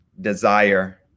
desire